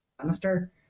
minister